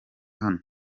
hano